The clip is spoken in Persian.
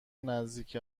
نزدیک